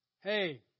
hey